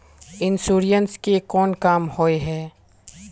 Insurance के कोन काम होय है?